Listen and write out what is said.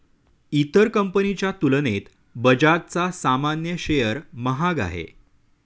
इतर कंपनीच्या तुलनेत बजाजचा सामान्य शेअर महाग आहे